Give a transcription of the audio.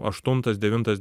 aštuntas devintas